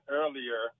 earlier